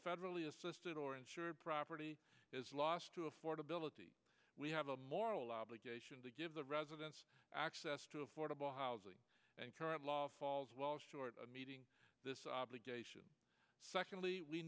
federally assisted or insured property is lost to affordability we have a moral obligation to give the residents access to affordable housing and current law falls well short of meeting this obligation secondly we